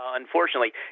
unfortunately